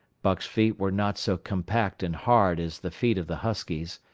buck's feet were not so compact and hard as the feet of the huskies.